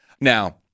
Now